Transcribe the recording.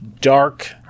Dark